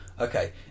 Okay